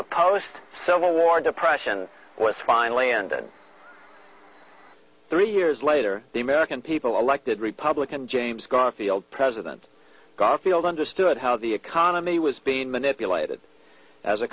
the post civil war depression was finally ended three years later the american people elected republican james garfield president garfield understood how the economy was being manipulated as a